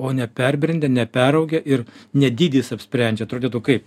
o ne perbrendę neperaugę ir ne dydis apsprendžia atrodytų kaip